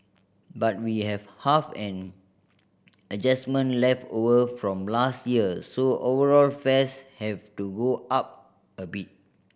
but we have half an adjustment left over from last year so overall fares have to go up a bit